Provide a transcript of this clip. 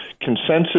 consensus